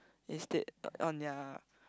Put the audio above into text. instead on their